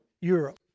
Europe